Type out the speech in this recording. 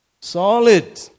Solid